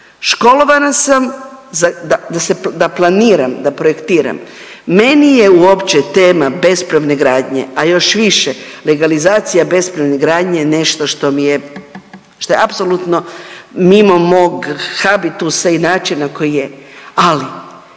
školovana sam da planiram, da projektiram. Meni je uopće tema bespravne gradnje, a još više legalizacija bespravne gradnje nešto što mi je, što je apsolutno mimo mog habitusa i načina koji je. Ali